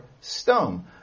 stone